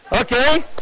Okay